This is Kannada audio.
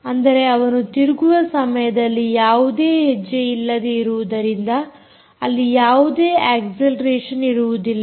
ಅಂದರೆ ಅವನು ತಿರುಗುವ ಸಮಯದಲ್ಲಿ ಯಾವುದೇ ಹೆಜ್ಜೆ ಇಲ್ಲದೆ ಇರುವುದರಿಂದ ಅಲ್ಲಿ ಯಾವುದೇ ಅಕ್ಸೆಲೆರೇಷನ್ ಇರುವುದಿಲ್ಲ